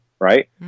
right